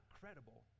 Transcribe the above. credible